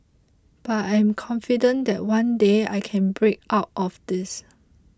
but I'm confident that one day I can break out of this